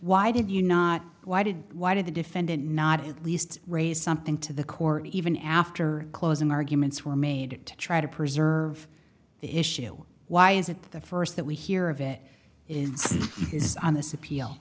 why did you not why did why did the defendant not at least raise something to the court even after closing arguments were made to try to preserve the issue why is it that first that we hear of it is based on this appeal